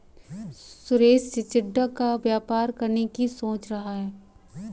सुरेश चिचिण्डा का व्यापार करने की सोच रहा है